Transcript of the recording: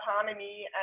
autonomy